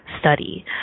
study